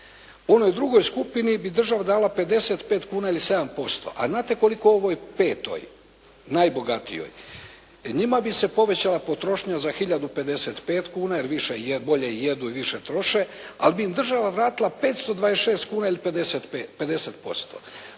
Onoj drugoj skupini bi država dala 55 kuna ili 7%, a znate koliko je ovoj petoj, najbogatijoj. Njima bi se povećala potrošnja za tisuću 055 kuna, jer više, bolje jedu i više troše, ali bi im država vratila 526 kuna ili 50%.